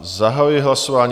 Zahajuji hlasování.